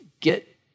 get